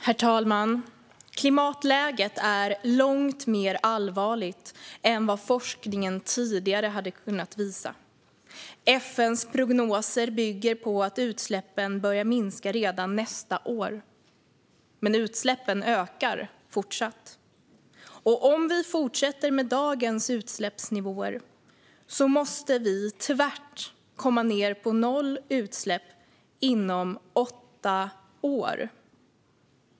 Herr talman! Klimatläget är långt mer allvarligt än vad forskningen tidigare har kunnat visa. FN:s prognoser bygger på att utsläppen börjar minska redan nästa år, men utsläppen fortsätter att öka. Om vi fortsätter med dagens utsläppsnivåer måste vi tvärt komma ned på nollutsläpp inom åtta år.